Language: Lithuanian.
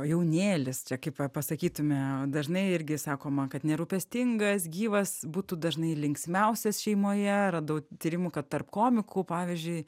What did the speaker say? jaunėlis čia kaip va pasakytume dažnai irgi sakoma kad nerūpestingas gyvas būtų dažnai linksmiausias šeimoje radau tyrimų kad tarp komikų pavyzdžiui